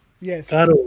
Yes